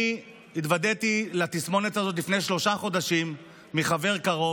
אני התוודעתי לתסמונת הזאת לפני שלושה חודשים מחבר קרוב.